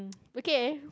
okay